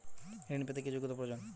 ঋণ পেতে কি যোগ্যতা প্রয়োজন?